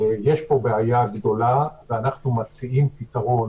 יש פה בעיה גדולה ואנחנו מציעים פתרון,